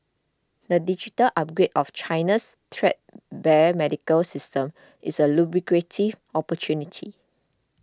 the digital upgrade of China's threadbare medical system is a lucrative opportunity